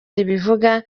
ribivuga